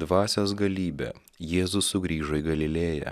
dvasios galybe jėzus sugrįžo į galilėją